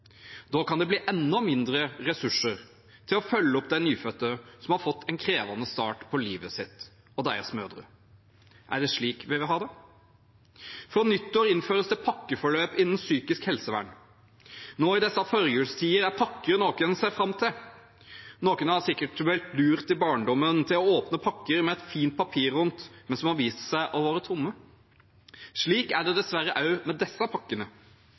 Da kan det bli enda mindre ressurser til å følge opp de nyfødte som har fått en krevende start på livet sitt, og deres mødre. Er det slik vi vil ha det? Fra nyttår innføres det pakkeforløp innen psykisk helsevern. Nå i disse førjulstider er pakker noe en ser fram til. Noen er sikkert blitt lurt i barndommen til å åpne pakker med fint papir rundt, men som har vist seg å være tomme. Slik er det dessverre også med disse pakkene.